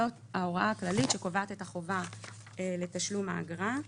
זאת ההוראה הכללית שקובעת את החובה לתשלום האגרה.